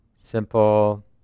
simple